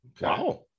wow